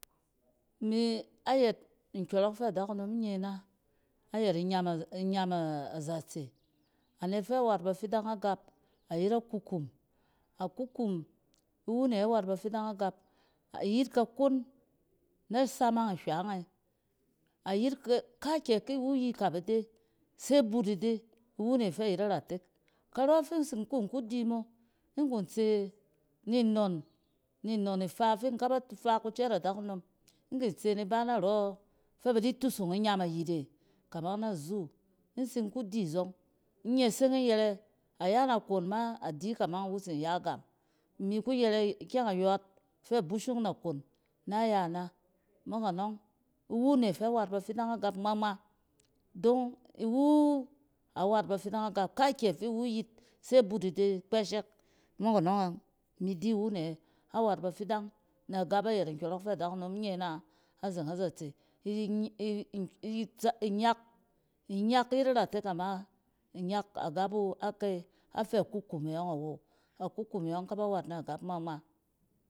Imi, ayɛt nkyɔrɔk fɛ adakunom nye na ayɛt inyam ɛ-inyam a zatse, anet fɛ wat bafidang agap, ayet a kukum. A kukum iwu ne a wat bafidang agap ayit kakon na samang ihywang e ayit ke-kaakyɛ ki wu yi kap ide se but ide. Iwune fɛ ayet a ratek karɔ fi tsin-kun kudi mo, in kin tse ni nnon, ni nnon ifa fi in kaba fa kucɛɛt adakunom. In kit se nib a narɔs fɛ ba di tusung inyam ayit e kamang na zoo in tsin ku di zɔng. In nyeseng in yɛrɛ. A ya nakon ma, a di kamang iwu tsin ya gam. Imi ku yɛrɛ ikyɛng ayɔɔt fɛ bushung nakon nay a na. Mok anɔng, iwu ne fɛ a wat bafidang agap ngma ngma. Don iwu, a wat bafidang agap kaakyɛ fi iwu yit se but ide kpɛshɛk. Mok anɔng imi di iwu ne a wat bafidang nɛ agap ayɛt nkyɔrɔk fɛ adakunom nye ina azeng azatse inyak, inyak yet iratek ama inyak agap wu a kan afɛ kukum e yɔng awo. A kukum e yɔng kaba wat na gap ngma ngma.